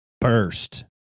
burst